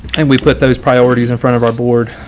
and we put those priorities in front of our board.